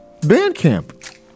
Bandcamp